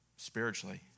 spiritually